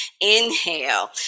Inhale